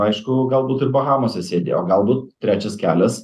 aišku galbūt ir bahamose sėdi o galbūt trečias kelias